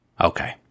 Okay